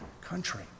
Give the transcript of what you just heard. country